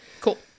cool